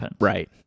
Right